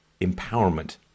empowerment